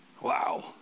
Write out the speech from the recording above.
Wow